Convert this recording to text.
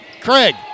Craig